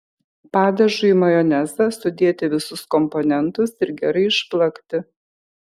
padažui į majonezą sudėti visus komponentus ir gerai išplakti